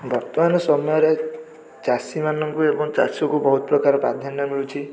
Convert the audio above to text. ବର୍ତ୍ତମାନ ସମୟରେ ଚାଷୀମାନଙ୍କୁ ଏବଂ ଚାଷକୁ ବହୁତ ପ୍ରକାର ପ୍ରାଧାନ୍ୟ ମିଳୁଛି